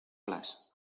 olas